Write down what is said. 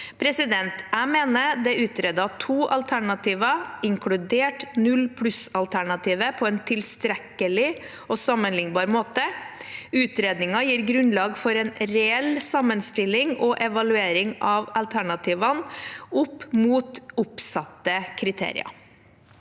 Jeg mener det er utredet to alternativer, inkludert null-pluss-alternativet, på en tilstrekkelig og sammenlignbar måte. Utredningen gir grunnlag for en reell sammenstilling og evaluering av alternativene opp mot oppsatte kriterier.